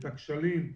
את הכשלים,